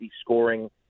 scoring